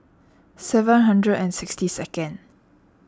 seven hundred and sixty second